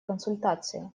консультаций